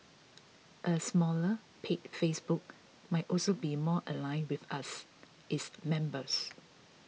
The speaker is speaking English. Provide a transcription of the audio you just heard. a smaller paid Facebook might also be more aligned with us its members